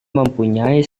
mempunyai